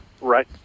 Right